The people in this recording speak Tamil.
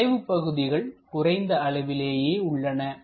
மறைவு பகுதிகள் குறைந்த அளவிலேயே உள்ளன